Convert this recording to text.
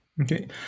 Okay